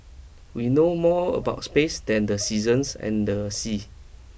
we know more about space than the seasons and the sea